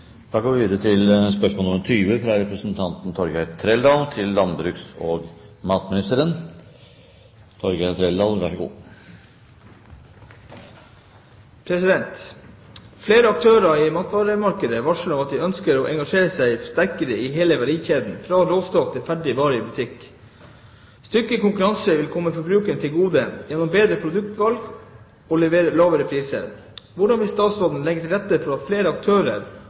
vi her diskuterer. «Flere aktører i matvaremarkedet varsler at de nå ønsker å engasjere seg sterkere i hele verdikjeden fra råstoff til ferdig vare i butikk. Styrket konkurranse vil komme forbrukerne til gode gjennom bedre produktutvalg og lavere priser. Hvordan vil statsråden legge til rette for flere aktører